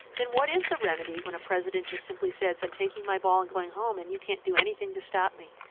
then what is the remedy when a president just simply says, i'm taking my ball and going home and you can't do anything to stop me?